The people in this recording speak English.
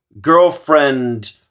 girlfriend